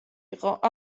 იყო